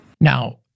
Now